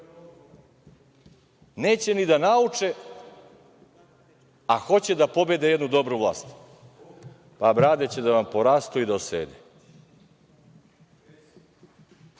neće ni da nauče, a hoće da pobede jednu dobru vlast. Pa, brade će da vam porastu i osede. Ovu